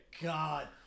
God